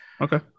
Okay